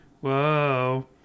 whoa